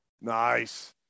Nice